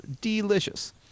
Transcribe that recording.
delicious